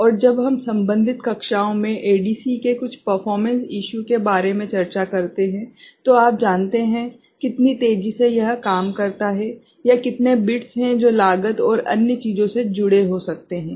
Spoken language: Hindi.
और जब हम संबंधित कक्षाओं में ADC के कुछ परफ़ोर्मेंस इशू के बारे में चर्चा करते हैं तो आप जानते हैं कितनी तेजी से यह काम करता है या कितने बिट्स हैं जो लागत और अन्य चीजों से जुड़े हो सकते हैं